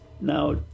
now